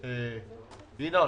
ינון,